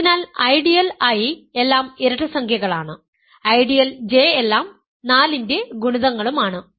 അതിനാൽ ideal I എല്ലാം ഇരട്ടസംഖ്യകളാണ് ഐഡിയൽ J എല്ലാം 4 ൻറെ ഗുണിതങ്ങളുംആണ്